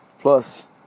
plus